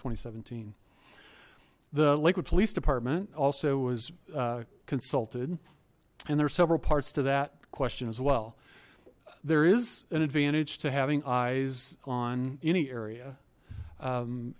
and seventeen the lakewood police department also was consulted and there are several parts to that question as well there is an advantage to having eyes on any area